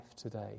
today